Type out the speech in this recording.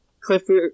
Clifford